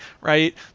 right